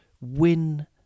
win